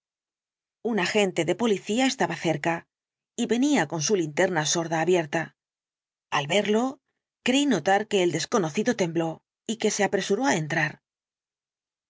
un agente de policía estaba cerca y venía con su linterna sorda abierta al verlo creí notar que el desconocido tembló y que se apresuró á entrar